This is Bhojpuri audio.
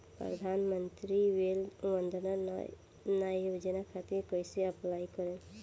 प्रधानमंत्री वय वन्द ना योजना खातिर कइसे अप्लाई करेम?